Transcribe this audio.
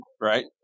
right